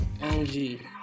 energy